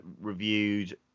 reviewed